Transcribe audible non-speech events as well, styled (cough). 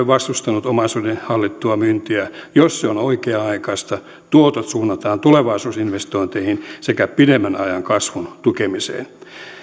(unintelligible) vastustanut omaisuuden hallittua myyntiä jos se on oikea aikaista tuotot suunnataan tulevaisuusinvestointeihin sekä pidemmän ajan kasvun tukemiseen